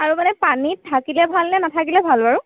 আৰু মানে পানীত থাকিলে ভাল নে নাথাকিলে ভাল বাৰু